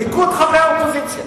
הכו את חברי האופוזיציה.